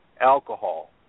alcohol